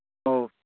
ꯑꯧ